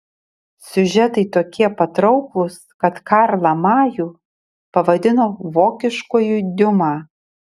siužetai tokie patrauklūs kad karlą majų pavadino vokiškuoju diuma